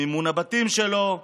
מימון הבתים שלו,